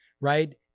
Right